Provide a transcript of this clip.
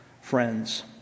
friends